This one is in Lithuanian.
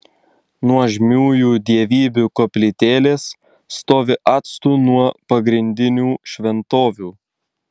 nuožmiųjų dievybių koplytėlės stovi atstu nuo pagrindinių šventovių